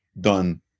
done